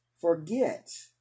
forget